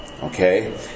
Okay